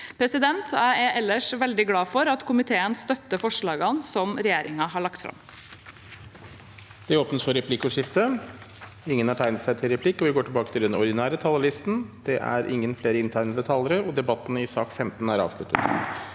vente. Jeg er ellers veldig glad for at komiteen støtter forslagene som regjeringen har lagt fram.